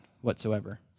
whatsoever